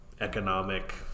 economic